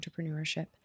entrepreneurship